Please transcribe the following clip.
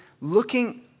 looking